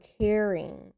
caring